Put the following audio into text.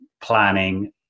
planning